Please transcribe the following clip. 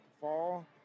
fall